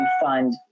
fund